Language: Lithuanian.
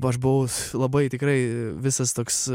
aš bus labai tikrai visas toks